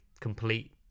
complete